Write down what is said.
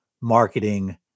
marketing